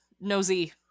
nosy